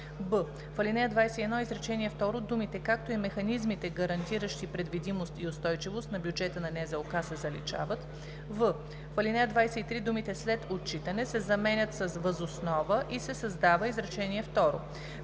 б) в ал. 21, изречение второ думите „както и механизмите, гарантиращи предвидимост и устойчивост на бюджета на НЗОК“ се заличават; в) в ал. 23 думите „след отчитане“ се заменят с „въз основа“ и се създава изречение